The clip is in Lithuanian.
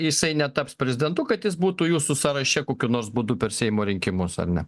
jisai netaps prezidentu kad jis būtų jūsų sąraše kokiu nors būdu per seimo rinkimus ar ne